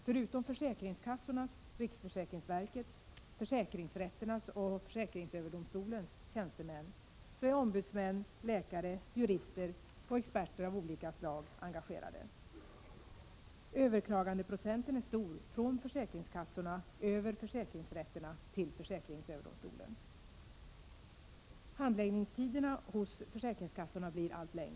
Förutom GA Nn försäkringskassornas, riksförsäkringsverkets, försäkringsrätternas och försäkringsöverdomstolens tjänstemän är ombudsmän, läkare, jurister och experter av olika slag engagerade. Överklagandeprocenten är stor från försäkringskassorna över försäkringsrätterna till försäkringsöverdomstolen. Handläggningstiderna hos försäkringskassorna blir allt längre.